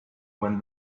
when